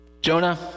Jonah